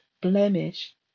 blemish